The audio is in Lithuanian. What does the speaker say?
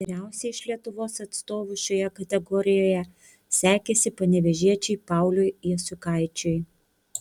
geriausiai iš lietuvos atstovų šioje kategorijoje sekėsi panevėžiečiui pauliui jasiukaičiui